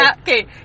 okay